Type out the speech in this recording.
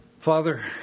Father